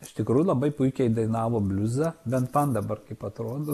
iš tikrųjų labai puikiai dainavo bliuzą bent man dabar kaip atrodo